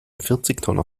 vierzigtonner